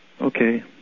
Okay